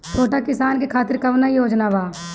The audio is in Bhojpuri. छोटा किसान के खातिर कवन योजना बा?